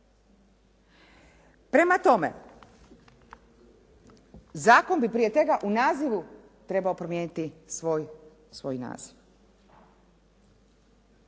Prema tome, zakon bi prije svega u nazivu trebao promijeniti svoj naziv.